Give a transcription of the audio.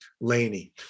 Laney